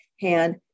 hand